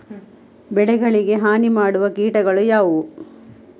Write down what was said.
ಬೆಳೆಗಳಿಗೆ ಹಾನಿ ಮಾಡುವ ಕೀಟಗಳು ಯಾವುವು?